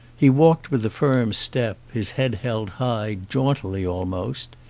he walked with a firm step, his head held high, jauntily almost.